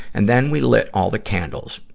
and then we lit all the candles,